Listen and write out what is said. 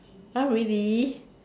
!huh! really